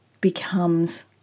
becomes